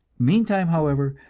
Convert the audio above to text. meantime, however,